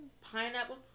Pineapple